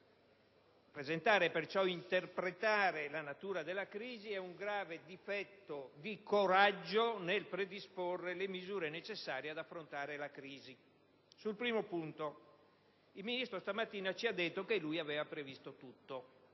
presentare e perciò interpretare la natura della crisi e un grave difetto di coraggio nel predisporre le misure necessarie per affrontare la crisi. Sulla prima questione, il Ministro questa mattina ha detto che aveva previsto tutto.